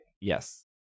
Yes